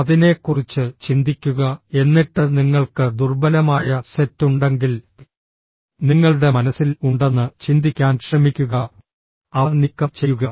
അതിനെക്കുറിച്ച് ചിന്തിക്കുക എന്നിട്ട് നിങ്ങൾക്ക് ദുർബലമായ സെറ്റ് ഉണ്ടെങ്കിൽ നിങ്ങളുടെ മനസ്സിൽ ഉണ്ടെന്ന് ചിന്തിക്കാൻ ശ്രമിക്കുക അവ നീക്കം ചെയ്യുക